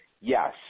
yes